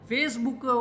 Facebook